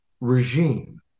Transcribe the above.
regime